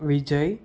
Vijay